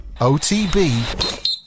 OTB